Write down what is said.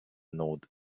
node